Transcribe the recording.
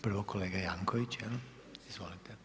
Prvo kolega Jankovics, izvolite.